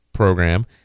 program